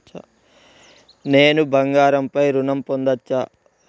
నేను బంగారం పై ఋణం పొందచ్చా?